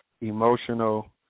emotional